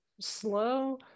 slow